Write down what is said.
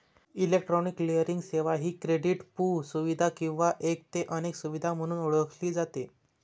electronic clearing सेवा ही क्रेडिटपू सुविधा किंवा एक ते अनेक सुविधा म्हणून ओळखली जाते